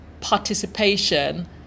participation